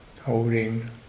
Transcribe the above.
holding